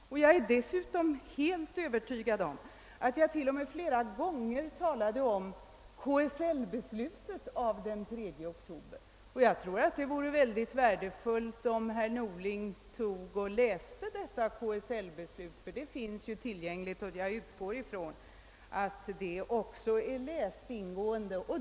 Jag är helt övertygad om att jag flera gånger talade om KSL-beslutet av den 3 oktober. Jag tror att det vore värdefullt om herr Norling läste detta beslut. Det finns tillgängligt, och jag utgår ifrån att det har lästs ingående.